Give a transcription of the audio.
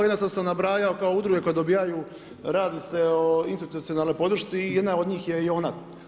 Jednostavno sam nabrajao kao udruge koje dobijaju, radi se o institucionalnoj podršci i jedna od njih je i ona.